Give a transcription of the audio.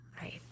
Right